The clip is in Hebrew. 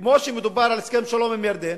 וכמו שמדובר על הסכם שלום עם ירדן,